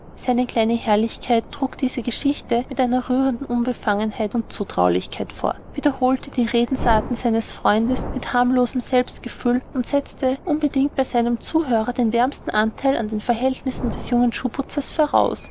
seine kleine herrlichkeit trug diese geschichte mit einer rührenden unbefangenheit und zutraulichkeit vor wiederholte die redensarten seines freundes mit harmlosem selbstgefühl und setzte unbedingt bei seinem zuhörer den wärmsten anteil an den verhältnissen des jungen schuhputzers voraus